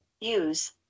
use